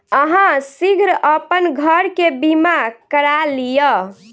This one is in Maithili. अहाँ शीघ्र अपन घर के बीमा करा लिअ